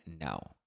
No